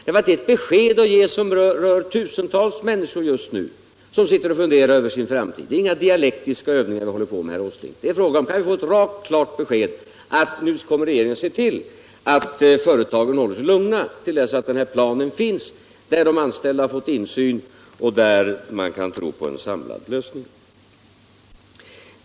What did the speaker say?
Ett besked skulle beröra tusentals människor just nu som sitter och funderar över sin framtid. Det är inga dialektiska övningar vi håller på med, herr Åsling. Kan vi få ett klart och rakt besked om att regeringen nu kommer att se till att företagen håller sig lugna till dess denna plan finns, där de anställda har fått insyn och där man kan tro på en samlad lösning?